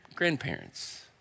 Grandparents